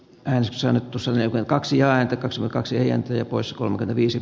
hän sysännyt usa kaksi ääntä kasvoi kaksi eija vilpas kolme viisi